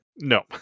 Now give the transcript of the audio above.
no